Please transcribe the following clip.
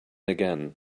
again